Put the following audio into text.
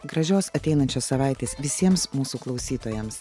gražios ateinančios savaitės visiems mūsų klausytojams